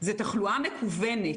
לא חוכמה לראות את זה ב-6 בספטמבר